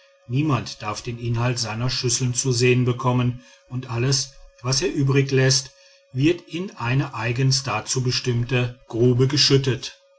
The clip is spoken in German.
niemand darf den inhalt seiner schüsseln zu sehen bekommen und alles was er übrig läßt wird in eine eigens dazu bestimmte grube geschüttet